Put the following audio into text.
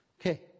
Okay